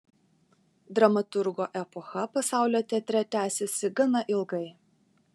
dramaturgo epocha pasaulio teatre tęsėsi gana ilgai